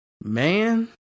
Man